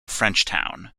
frenchtown